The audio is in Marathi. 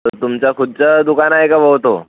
तुमचा खुदचा दुकान आहे का भाऊ तो